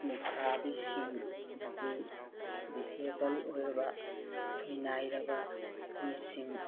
ꯂꯨꯈ꯭ꯔꯕꯤꯁꯤꯡ ꯑꯃꯗꯤ ꯗꯤꯁꯦꯕꯜ ꯑꯣꯏꯔꯕ ꯁꯣꯏꯅꯥꯏꯔꯕ ꯃꯤꯁꯤꯡ